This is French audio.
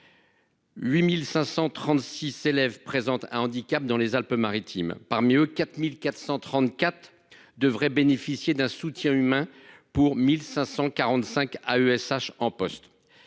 8 536 élèves présentant un handicap dans les Alpes-Maritimes, 4 434 devraient bénéficier d'un soutien humain, pour seulement 1 545 AESH en poste.